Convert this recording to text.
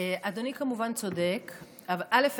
אדוני כמובן צודק, אבל א.